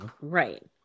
Right